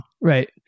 Right